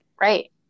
right